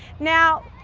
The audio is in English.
now,